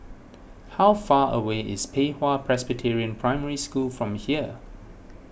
how far away is Pei Hwa Presbyterian Primary School from here